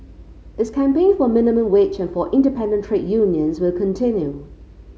its campaign for minimum wage and for independent trade unions will continue